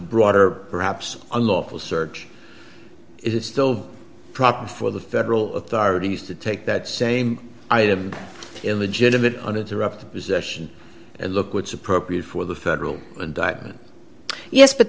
broader perhaps unlawful search is it still proper for the federal authorities to take that same item in the gym that uninterrupted possession and look what's appropriate for the federal indictment yes but